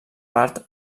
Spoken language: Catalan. part